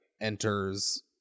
enters